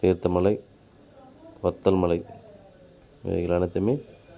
தீர்த்தமலை வத்தல் மலை இவைகள் அனைத்துமே